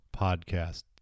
Podcast